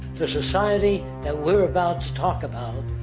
the society, that we're about to talk about,